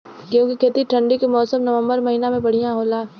गेहूँ के खेती ठंण्डी के मौसम नवम्बर महीना में बढ़ियां होला?